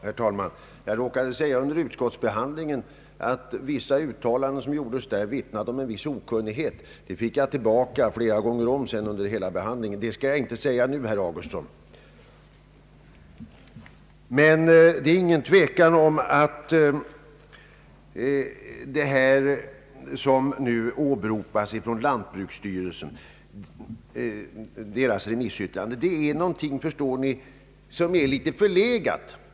Herr talman! Jag råkade säga under utskottsbehandlingen att vissa uttalanden som gjordes där vittnade om en viss okunnighet. Det fick jag tillbaka flera gånger om under hela behandlingen, men det skall jag inte gå in på nu, herr Augustsson. Men det är ingen tvekan om att det remissyttrande från lantbruksstyrelsen som nu åberopas är en smula förlegat.